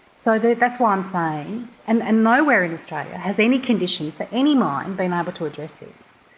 so but that's why i'm saying, and and nowhere in australia has any condition for any mine been able to address this.